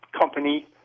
company